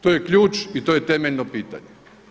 To je ključ i to je temeljno pitanje?